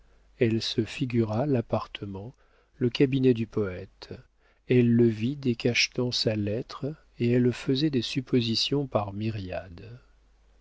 elle se figura l'appartement le cabinet du poëte elle le vit décachetant sa lettre et elle faisait des suppositions par myriades